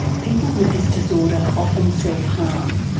people with this disorder often self-harm,